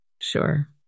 Sure